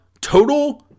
Total